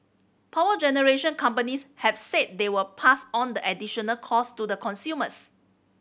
power generation companies have said they will pass on the additional cost to consumers